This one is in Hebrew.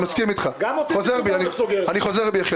אני חוזר בי,